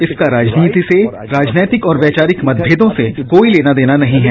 इसका राजनीति से राजनैतिक और वैचारिक मतभेदों से कोई लेना देना नहीं है